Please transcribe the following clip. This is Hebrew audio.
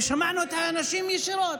ושמענו את האנשים ישירות.